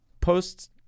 Posts